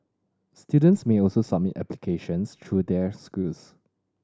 students may also submit applications through their schools